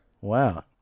Wow